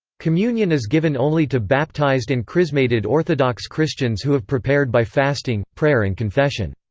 communion is given only to baptized and chrismated orthodox christians who have prepared by fasting, prayer and confession.